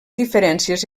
diferències